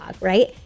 right